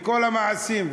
וכל המעשים,